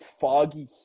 foggy